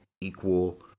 equal